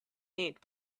made